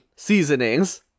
seasonings